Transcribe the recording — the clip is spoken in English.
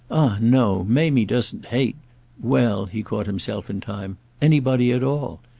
no! mamie doesn't hate well, he caught himself in time anybody at all.